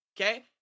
Okay